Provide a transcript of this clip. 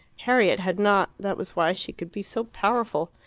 harriet had not that was why she could be so powerful.